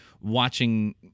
watching